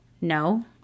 No